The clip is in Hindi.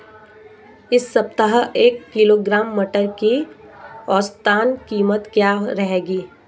इस सप्ताह एक किलोग्राम मटर की औसतन कीमत क्या रहेगी?